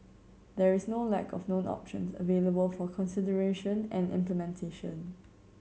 there is no lack of known options available for consideration and implementation